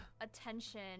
attention